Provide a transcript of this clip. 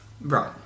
Right